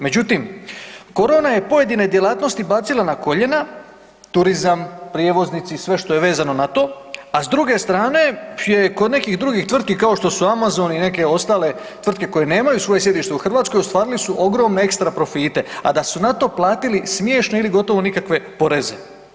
Međutim, korona je pojedine djelatnosti bacila na koljena, turizam, prijevoznici, sve što je vezano na to, a s druge strane je kod nekih drugih tvrtki kao što su Amazon i neke ostale tvrtke koje nemaju svoje sjedište u Hrvatskoj, ostvarili su ogromne ekstra profite a da su na to platili smiješne ili gotovo nikakve poreze.